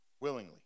willingly